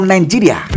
Nigeria